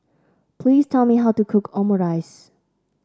please tell me how to cook Omurice